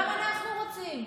גם אנחנו רוצים.